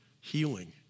healing